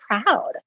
proud